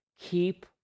Keep